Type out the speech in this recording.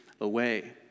away